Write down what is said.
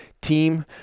team